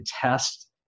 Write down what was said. test